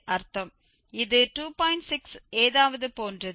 6 ஏதாவது போன்றது